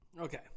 Okay